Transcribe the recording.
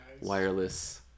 wireless